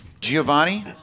Giovanni